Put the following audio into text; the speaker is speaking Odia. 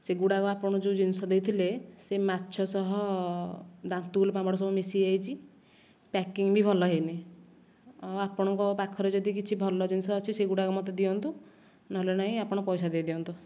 ସେଗୁଡ଼ାକ ଆପଣ ଯେଉଁ ଜିନିଷ ଦେଇଥିଲେ ସେ ମାଛ ସହ ଦାନ୍ତଗୁଲୁ ପାମ୍ପଡ଼ ସବୁ ମିଶିଯାଇଛି ପ୍ୟାକିଂ ବି ଭଲ ହୋଇନି ଆଉ ଆପଣଙ୍କ ପାଖରେ ଯଦି କିଛି ଭଲ ଜିନିଷ ଅଛି ସେଗୁଡ଼ାକ ମୋତେ ଦିଅନ୍ତୁ ନହେଲେ ନାହିଁ ଆପଣ ପଇସା ଦେଇଦିଅନ୍ତୁ